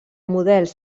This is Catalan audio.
models